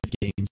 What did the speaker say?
Games